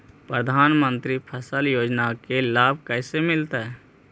प्रधानमंत्री फसल योजना के लाभ कैसे मिलतै?